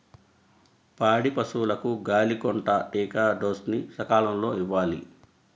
పాడి పశువులకు గాలికొంటా టీకా డోస్ ని సకాలంలో ఇవ్వాలి